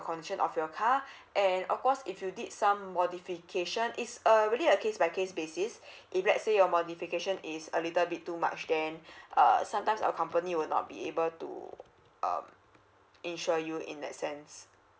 condition of your car and of course if you did some modification it's uh really a case by case basis if let say your modification is a little bit too much then err sometimes our company will not be able to um insure you in that sense